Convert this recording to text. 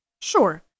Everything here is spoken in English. Sure